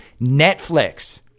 Netflix